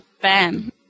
bam